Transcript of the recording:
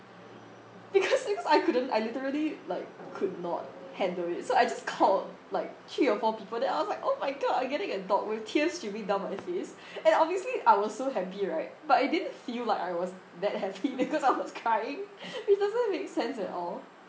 because because I couldn't I literally like could not handle it so I just called like three or four people then I was like oh my god I'm getting a dog with tears streaming down my face and obviously I was so happy right but it didn't feel like I was that happy because I was crying which doesn't make sense at all